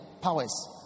powers